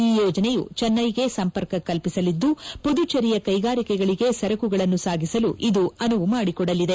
ಈ ಯೋಜನೆಯು ಚೆನ್ನೈಗೆ ಸಂಪರ್ಕ ಕಲ್ವಿಸಲಿದ್ದು ಪುದುಚೇರಿಯ ಕೈಗಾರಿಕೆಗಳಿಗೆ ಸರಕುಗಳನ್ನು ಸಾಗಿಸಲು ಇದು ಅನುವು ಮಾಡಿಕೊಡಲಿದೆ